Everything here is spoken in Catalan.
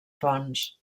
fonts